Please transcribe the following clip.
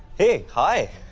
hey, hi!